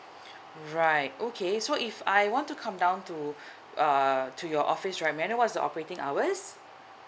right okay so if I want to come down to err to your office right may I know what is the operating hours